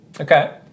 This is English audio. Okay